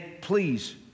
please